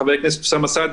חבר הכנסת אוסאמה סעדי,